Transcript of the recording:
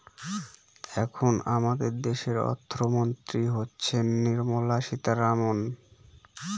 এখন আমাদের দেশের অর্থমন্ত্রী হচ্ছেন নির্মলা সীতারামন